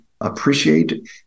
appreciate